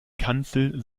kanzel